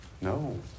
No